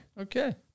Okay